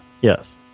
Yes